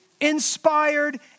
inspired